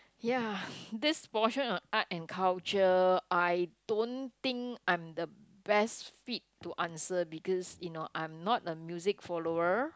ya this portion on art and culture I don't think I'm the best fit to answer because you know I'm not a music follower